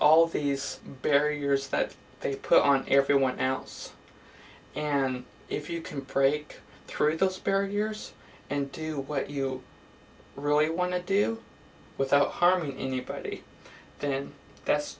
all these barriers that they put on everyone else and if you can predict through full spare yours and do what you really want to do without harming anybody then that's